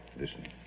listen